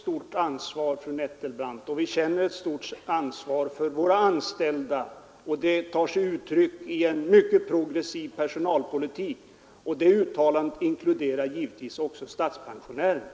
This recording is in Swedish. Herr talman! Vi känner att vi har ett stort ansvar, fru Nettelbrandt, för våra anställda och det tar sig uttryck i en mycket progressiv personalpolitik. Det uttalandet inkluderar givetvis också statspensionärerna.